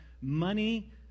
Money